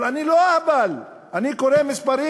אבל אני לא אהבל, אני קורא מספרים.